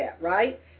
right